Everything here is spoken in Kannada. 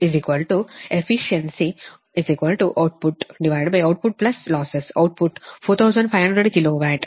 Efficiencyoutputoutputlosses output 4500 kilo watt